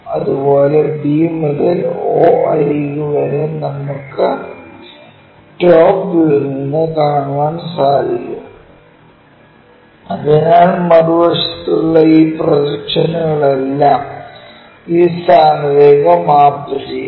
അതുപോലെ b മുതൽ o അരിക് വരെ നമുക്ക് ടോപ് വ്യൂവിൽ നിന്ന് കാണാൻ സാധിക്കും അതിനാൽ മറുവശത്തുള്ള ഈ പ്രൊജക്ഷനുകളെല്ലാം ഈ സ്ഥാനത്തേക്ക് മാപ്പ് ചെയ്യും